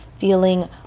Feeling